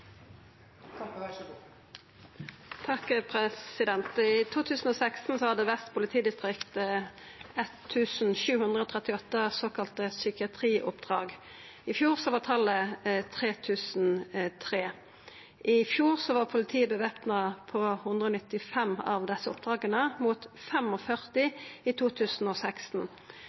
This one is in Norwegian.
og helse, så skal man kunne bruke tvang. I 2016 hadde Vest politidistrikt 1 738 såkalla psykiatrioppdrag. I fjor var talet 3 300. I fjor var politiet væpna på 195 av desse oppdraga, mot 45 i 2016.